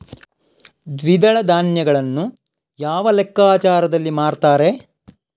ದ್ವಿದಳ ಧಾನ್ಯಗಳನ್ನು ಯಾವ ಲೆಕ್ಕಾಚಾರದಲ್ಲಿ ಮಾರ್ತಾರೆ?